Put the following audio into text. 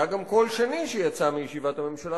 היה גם קול שני שיצא מישיבת הממשלה,